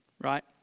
right